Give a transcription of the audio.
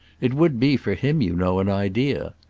it would be, for him, you know, an idea.